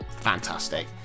fantastic